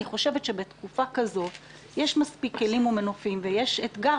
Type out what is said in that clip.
אני חושבת שבתקופה כזו יש מספיק כלים ומנופים ויש אתגר